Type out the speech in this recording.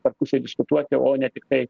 tarpusavy diskutuoti o ne tiktai